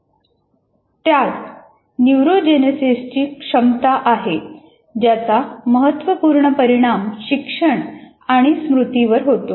त्यात न्यूरोजेनेसिसची क्षमता आहे ज्याचा महत्त्वपूर्ण परिणाम शिक्षण आणि स्मृती वर होतो